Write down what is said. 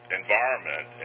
environment